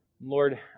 Lord